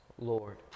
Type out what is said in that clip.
Lord